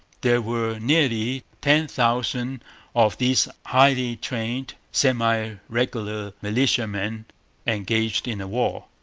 there were nearly ten thousand of these highly trained, semi-regular militiamen engaged in the war.